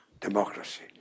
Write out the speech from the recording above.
Democracy